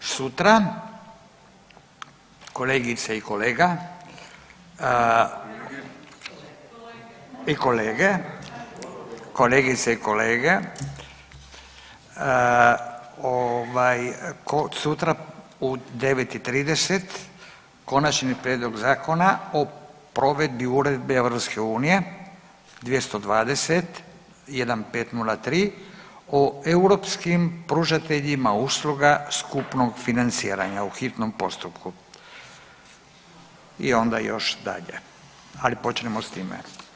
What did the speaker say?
Sutra, kolegice i kolega, i kolege, kolegice i kolege, ovaj, sutra u 9 i 30 Konačni prijedlog Zakona o provedbi Uredbe EU 220/1503 o europskim pružateljima usluga skupnog financiranja u hitnom postupku i onda još dalje, ali počnemo s time.